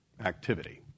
activity